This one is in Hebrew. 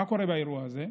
מה קורה באירוע הזה?